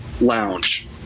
lounge